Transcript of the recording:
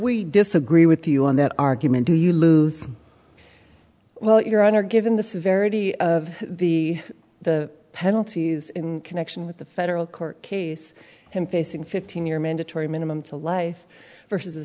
we disagree with you on that argument do you lose well your honor given the severity of the the penalties in connection with the federal court case him facing fifteen year mandatory minimum to life versus a